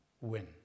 win